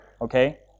okay